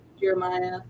Jeremiah